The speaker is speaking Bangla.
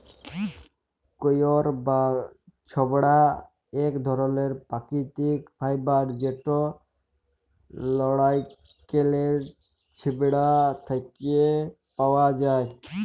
কইর বা ছবড়া ইক ধরলের পাকিতিক ফাইবার যেট লাইড়কেলের ছিবড়া থ্যাকে পাউয়া যায়